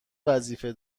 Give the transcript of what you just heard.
وظیفه